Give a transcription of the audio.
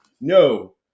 No